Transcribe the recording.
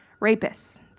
Rapists